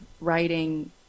writing